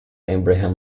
abraham